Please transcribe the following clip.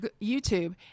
YouTube